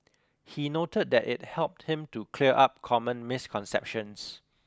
he noted that it helped him to clear up common misconceptions